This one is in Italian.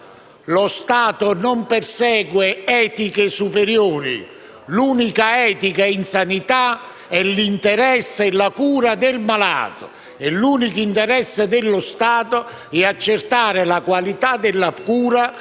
Lo Stato non persegue etiche superiori; l'unica etica in sanità è l'interesse e la cura del malato, e l'unico interesse dello Stato è accertare la qualità della cura